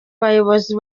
bayobozi